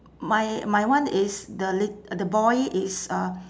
my my one is the lit~ the boy is uh